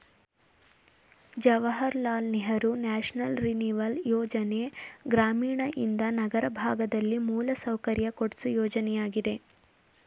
Jawahar Lal Nehru national renewal ಯೋಜನೆ ಗ್ರಾಮೀಣಯಿಂದ ನಗರ ಭಾಗದಲ್ಲಿ ಮೂಲಸೌಕರ್ಯ ಕೊಡ್ಸು ಯೋಜನೆಯಾಗಿದೆ